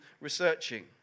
researching